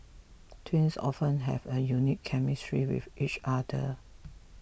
twins often have a unique chemistry with each other